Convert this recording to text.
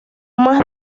más